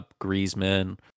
Griezmann